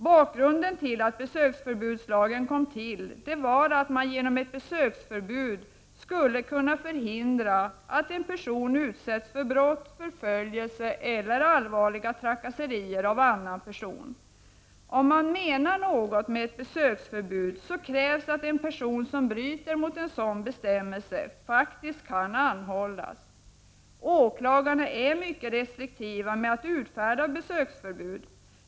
Bakgrunden till att besöksförbudslagen kom till var att man genom ett besöksförbud skulle kunna förhindra att en person utsätts för brott, förföljelse eller allvarliga trakasserier av annan person. Om man menar något med ett besöksförbud krävs det att en person som bryter mot en sådan bestämmelse faktiskt kan anhållas. Åklagarna är mycket restriktiva med att utfärda besöksförbud.